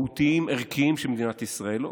מהותיים וערכיים של מדינת ישראל.